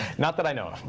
not that i know of.